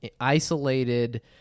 isolated